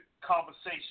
conversation